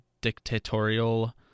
dictatorial